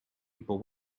people